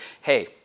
hey